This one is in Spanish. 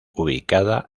ubicada